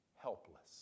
helpless